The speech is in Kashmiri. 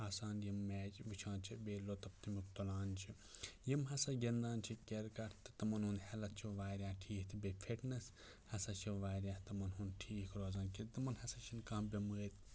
آسان یِم میچ وُچھان چھِ بیٚیہِ لُطف تمیُک تُلان چھِ یِم ہَسا گِنٛدان چھِ کِرکَٹ تہٕ تِمَن ہُنٛد ہٮ۪لٕتھ چھُ واریاہ ٹھیٖک بیٚیہِ فِٹنٮ۪س ہَسا چھِ واریاہ تِمَن ہُنٛد ٹھیٖک روزان کہِ تِمَن ہَسا چھِنہٕ کانٛہہ بٮ۪مٲرۍ